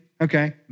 Okay